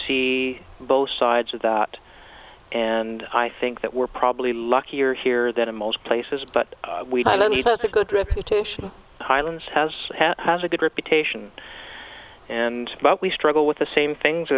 see both sides of that and i think that we're probably luckier here than in most places but we believe that's a good reputation highlands has had has a good reputation and but we struggle with the same things